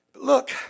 look